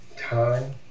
time